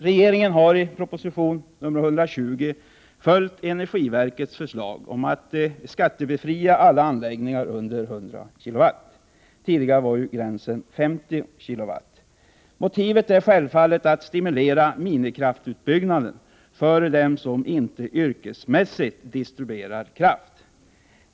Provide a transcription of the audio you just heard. Regeringen har i proposition nr 120 följt energiverkets förslag om att skattebefria alla anläggningar under 100 kW. Tidigare var gränsen 50 kW. Motivet är självfallet att stimulera minikraftutbyggnaden för dem som inte yrkesmässigt distribuerar kraft.